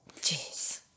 Jeez